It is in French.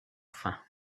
fins